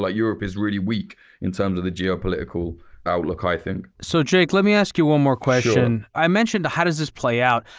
europe is really weak in terms of the geopolitical outlook, i think. so jake, let me ask you one more question. i mentioned how does this play out?